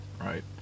right